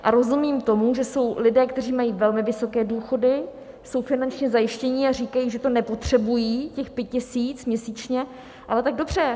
A rozumím tomu, že jsou lidé, kteří mají velmi vysoké důchody, jsou finančně zajištění a říkají, že to nepotřebují, těch 5 tisíc měsíčně tak dobře.